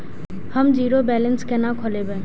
हम zero balance केना खोलैब?